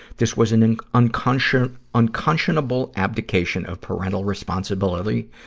this was an an unconscionable unconscionable abdication of parental responsibility